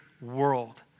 world